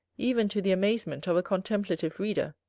even to the amazement of a contemplative reader,